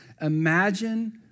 Imagine